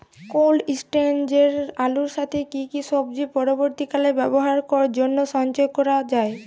Cold স্টোরেজে আলুর সাথে কি কি সবজি পরবর্তীকালে ব্যবহারের জন্য সঞ্চয় করা যায়?